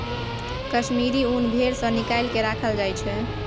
कश्मीरी ऊन भेड़ सँ निकालि केँ राखल जाइ छै